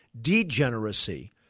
degeneracy